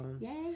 Yay